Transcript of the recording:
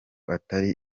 atari